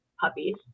puppies